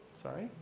Sorry